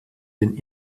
den